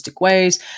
ways